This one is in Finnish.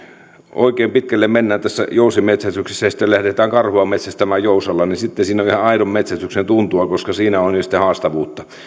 oikein pitkälle mennään tässä jousimetsästyksessä ja lähdetään karhua metsästämään jousella niin sitten siinä on ihan aidon metsästyksen tuntua koska siinä on jo sitten haastavuutta